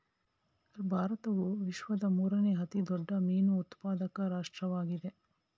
ಭಾರತವು ವಿಶ್ವದ ಮೂರನೇ ಅತಿ ದೊಡ್ಡ ಮೀನು ಉತ್ಪಾದಕ ರಾಷ್ಟ್ರವಾಗಿದೆ